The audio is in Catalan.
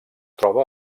troba